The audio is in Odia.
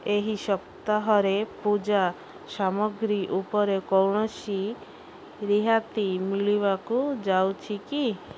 ଏହି ସପ୍ତାହରେ ପୂଜା ସାମଗ୍ରୀ ଉପରେ କୌଣସି ରିହାତି ମିଳିବାକୁ ଯାଉଛି କି